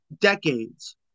decades